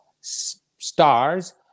stars